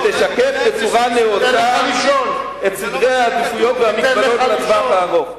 ותשקף בצורה נאותה את סדרי העדיפויות והמגבלות לטווח הארוך.